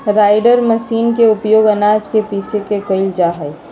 grinder machine के उपयोग आनाज के पीसे में कइल जाहई